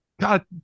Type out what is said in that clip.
God